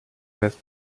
west